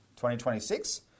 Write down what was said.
2026